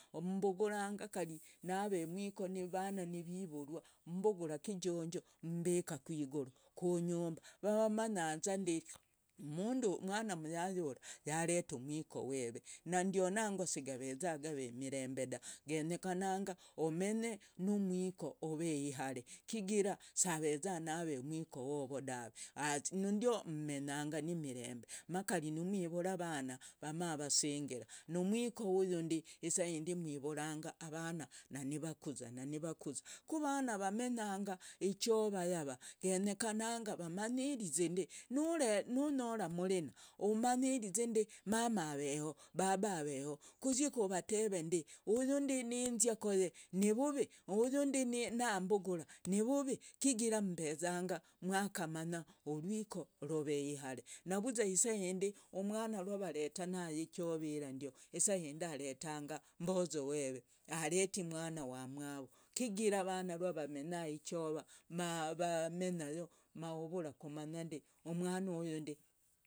Ummbuguranga kari nave mwiko, na vana vivurwa mmbugura kijonjo mmbika kwiguru kunyumba mavamanya ndi mundu mwana muyayi ura yareta mwiko weve na ndionangwa sigaveza gave ni mirembe dave. Genyekananga amenye numwiko ave ihare kigira saveza nave mwiko wovo dave, basi ndio mmenyanga ni mirembe makari mwivura vana vamavasingira numwiko uyu ndi isahindi mwivuranga vana nanivakuza, na nivakuza. Ku vana vamenyanga ichova yava genyekana vamanyirize ndi nunyora murina, umanyirize ndi mama aveho, baba aveho. Kuzie kuvateve ndi uyu ndi ninzia koye nivuvi, uyu ndi nambugura nivuvi. Kigira mmbezanga ni mwakamanya urwiko rove ihare, navuza isahindi umwana rwavaretanaza ichova ira ndio, isahindi aretanga mbozo weve, areti mwana wa amwavo. Kigira urwa vana vamenya ichova mavamenya yo, mavavura kumanya ndi umwana uyu ndi.